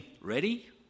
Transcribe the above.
Ready